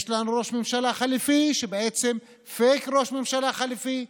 יש לנו ראש ממשלה חליפי שהוא בעצם פייק ראש ממשלה חליפי.